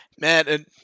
Man